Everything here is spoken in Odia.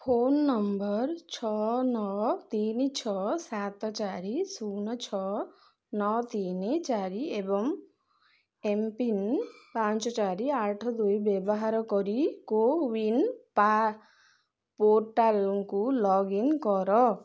ଫୋନ୍ ନମ୍ବର୍ ଛଅ ନଅ ତିନି ଛଅ ସାତ ଚାରି ଶୁନ ଛଅ ନଅ ତିନି ଚାରି ଏବଂ ଏମ୍ ପିନ୍ ପାଞ୍ଚ ଚାରି ଆଠ ଦୁଇ ବ୍ୟବହାର କରି କୋୱିନ୍ ପୋର୍ଟାଲକୁ ଲଗ୍ଇନ୍ କର